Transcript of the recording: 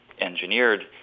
engineered